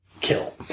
kill